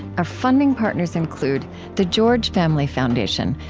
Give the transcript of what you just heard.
our funding partners include the george family foundation,